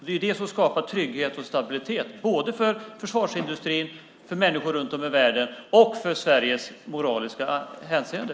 Det är ju det som skapar trygghet och stabilitet, både för försvarsindustrin, för människor runt om i världen och för Sveriges moraliska hänseende.